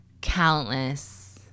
countless